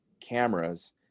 cameras